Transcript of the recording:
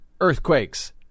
earthquakes